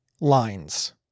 lines